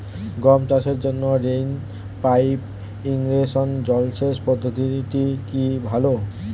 গম চাষের জন্য রেইন পাইপ ইরিগেশন জলসেচ পদ্ধতিটি কি ভালো?